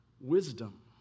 wisdom